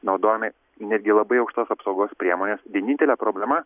naudojami netgi labai aukštos apsaugos priemonės vienintelė problema